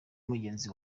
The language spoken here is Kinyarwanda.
mugenzi